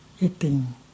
eating